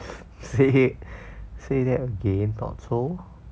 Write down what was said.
say say that again not so